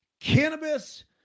cannabis